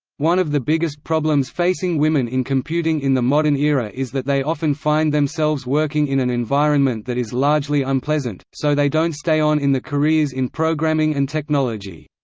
one of the biggest problems facing women in computing in the modern era is that they often find themselves working in an environment that is largely unpleasant, so they don't stay on in the careers in programming and technology.